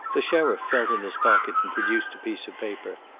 the sheriff felt in his pocket and produced a piece of paper.